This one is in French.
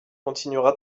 continuera